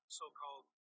so-called